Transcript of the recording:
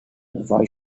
why